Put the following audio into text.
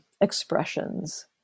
expressions